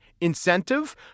incentive